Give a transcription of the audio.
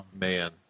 Man